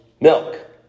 milk